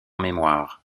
mémoire